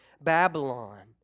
Babylon